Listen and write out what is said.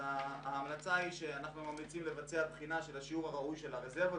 אנחנו ממליצים על בחינת השיעור הראוי של הרזרבות